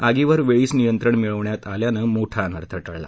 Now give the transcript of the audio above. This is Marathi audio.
आगीवर वेळीच नियंत्रण मिळवण्यात आल्यानं मोठा अनर्थ टळला